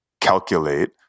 calculate